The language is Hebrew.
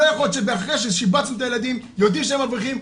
לא יכול להיות שאחרי ששיבצתי את הילדים ויודעים שהם אברכים,